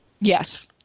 Yes